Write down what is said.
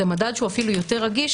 זה מדד שהוא אפילו יותר רגיש,